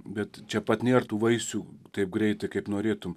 bet čia pat nėr tų vaisių taip greitai kaip norėtum